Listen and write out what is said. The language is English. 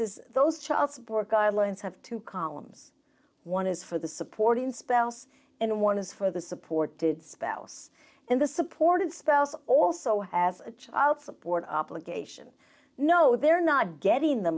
is those child support guidelines have two columns one is for the supporting spouse and one is for the supported spouse in the supported spells also has a child support obligation no they're not getting the